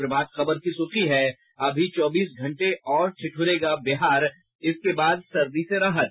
प्रभात खबर की सुर्खी है अभी चौबीस घंटे और ठिठ्रेगा बिहार इसके बद सर्दी से राहत